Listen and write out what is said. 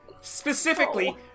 Specifically